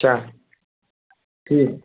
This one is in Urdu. کیا ٹھیک